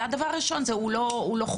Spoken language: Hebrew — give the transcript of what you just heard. אז הדבר הראשון הוא שהוא לא חוקי,